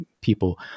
people